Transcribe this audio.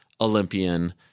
Olympian